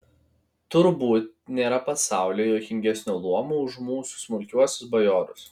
tur būti nėra pasaulyje juokingesnio luomo už mūsų smulkiuosius bajorus